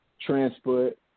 transport